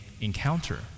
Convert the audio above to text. encounter